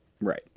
right